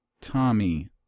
Tommy